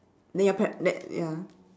then your pare~ then ya